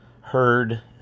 heard